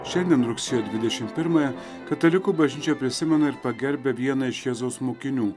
šiandien rugsėjo dvidešimt pirmąją katalikų bažnyčia prisimena ir pagerbia vieną iš jėzaus mokinių